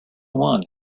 one